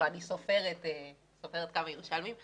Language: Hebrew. אני סופרת כמה ירושלמים,